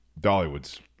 Dollywood's